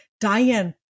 Diane